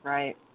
Right